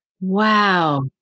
Wow